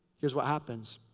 here's what happens.